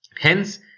Hence